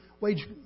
wage